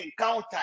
encounter